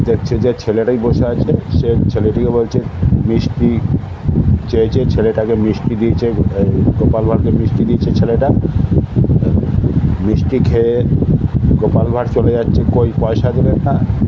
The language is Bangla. দেখছে যে ছেলেটাই বসে আছে সে ছেলেটিকে বলছে মিষ্টি চেয়েছে ছেলেটাকে মিষ্টি দিয়েছে গোপাল ভাঁড়কে মিষ্টি দিয়েছে ছেলেটা মিষ্টি খেয়ে গোপাল ভাঁড় চলে যাচ্ছে কই পয়সা দিলেন না